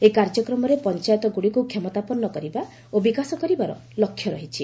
ଏହି କାର୍ଯ୍ୟକ୍ରମରେ ପଞ୍ଚାୟତଗୁଡ଼ିକୁ କ୍ଷମତାପନ୍ନ କରିବା ଓ ବିକାଶ କରିବାର ଲକ୍ଷ୍ୟ ରହିଛି